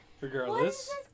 regardless